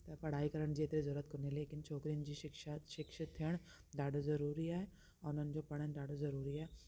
पढ़ाई करण जी एतिरी ज़रूरत कोन्हे लेकिन छोकिरियुन जी शिक्षा शिक्षित थियण ॾाढो ज़रूरी आहे उन्हनि जो पढ़ण ॾाढो ज़रूरी आहे